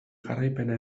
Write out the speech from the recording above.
jarraipena